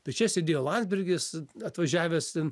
tai čia sėdėjo landsbergis atvažiavęs ten